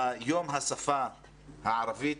יום השפה הערבית